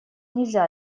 нельзя